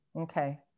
Okay